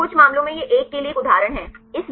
कुछ मामलों में यह 1 के लिए एक उदाहरण है